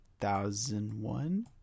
2001